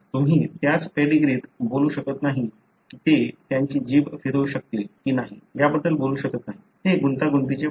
तुम्ही त्याच पेडीग्रीत बोलू शकत नाही की ते त्यांची जीभ फिरवू शकतील की नाही याबद्दल बोलू शकत नाहीत ते गुंतागुंतीचे बनते